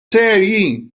serji